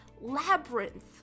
labyrinth